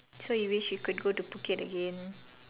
so you wish you could go to Phuket again